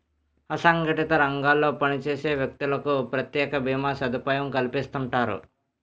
అసంగటిత రంగాల్లో పనిచేసే వ్యక్తులకు ప్రత్యేక భీమా సదుపాయం కల్పిస్తుంటారు